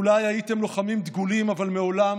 אולי הייתם לוחמים דגולים, אבל מעולם,